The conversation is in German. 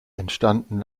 entstanden